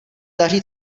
daří